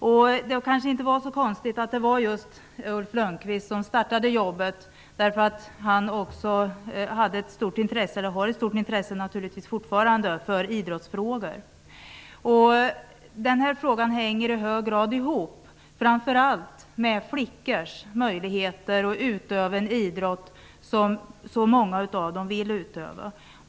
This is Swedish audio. Det är kanske inte så konstigt att det var just han som satte i gång arbetet. Han hade ju -- och har naturligtvis fortfarande -- ett stort intresse för idrottsfrågor. Den här frågan hänger framför allt ihop med flickors möjligheter att utöva en idrott som så många av dem vill utöva.